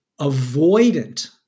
avoidant